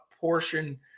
portion